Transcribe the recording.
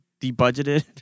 debudgeted